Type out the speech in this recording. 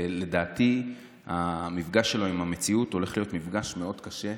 ולדעתי המפגש שלו עם המציאות הולך להיות מפגש מאוד קשה.